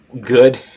good